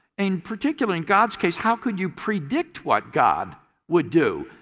in particular, in god's case, how could you predict what god would do?